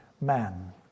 man